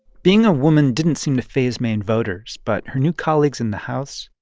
being a woman didn't seem to faze maine voters. but? her new colleagues in the house.